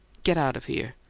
get out of here.